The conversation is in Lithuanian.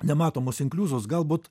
nematomus inkliuzus galbūt